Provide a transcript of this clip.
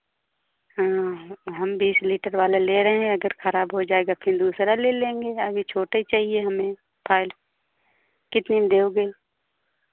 हाँ हम बीस लीटर वाला ले रहे हैं अगर खराब हो जाएगा फिर दूसरा ले लेंगे अभी छोटे चाहिए हमें फाइल कितने में दोगे